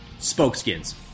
Spokeskins